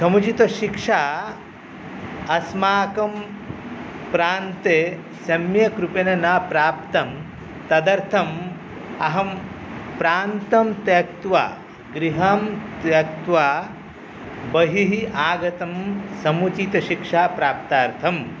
समुचितशिक्षा अस्माकं प्रान्ते सम्यक् रूपेन न प्राप्तं तदर्थम् अहं प्रान्तं त्यक्त्वा गृहं त्यक्त्वा बहिः आगतं समुचितशिक्षाप्राप्त्यर्थं